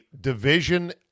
division